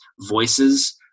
voices